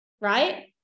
right